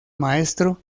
maestro